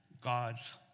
God's